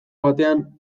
batean